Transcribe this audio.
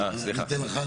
אני אתן לך,